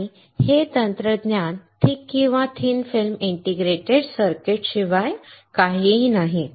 आणि हे तंत्रज्ञान थिक किंवा थिन फिल्म इंटिग्रेटेड सर्किट शिवाय काहीही नाही